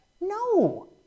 No